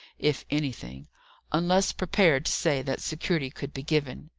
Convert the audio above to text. if anything unless prepared to say that security could be given.